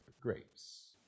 grapes